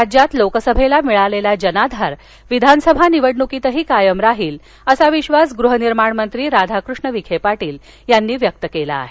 राज्यात लोकसभेला मिळालेला जनाधार विधानसभा निवडणुकीतही कायम राहील असा विश्वास गृहनिर्माण मंत्री राधाकृष्ण विखे पाटील यांनी व्यक्त केला आहे